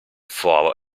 foro